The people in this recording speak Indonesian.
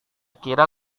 kira